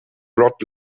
rod